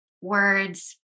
words